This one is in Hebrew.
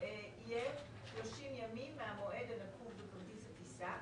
יהיה 30 ימים מהמועד הנקוב בכרטיס הטיסה.